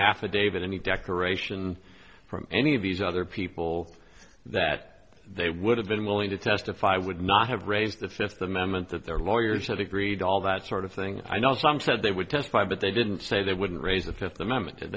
affidavit any declaration from any of these other people that they would have been willing to testify would not have raised the fifth amendment that their lawyers had agreed all that sort of thing i know some said they would testify but they didn't say they wouldn't raise the fifth amendment